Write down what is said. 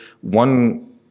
one